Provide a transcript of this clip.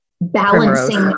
balancing